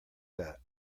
that